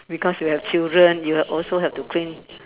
because you have children you will also have to clean